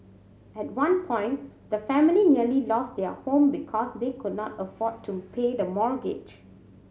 at one point the family nearly lost their home because they could not afford to pay the mortgage